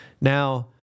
Now